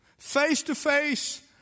face-to-face